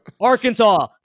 Arkansas